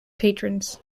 patrons